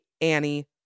Annie